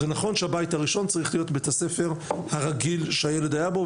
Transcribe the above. זה נכון שהבית הראשון צריך להיות בית הספר הרגיל שהילד היה בו,